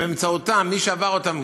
ומי שעבר אותם התקבל,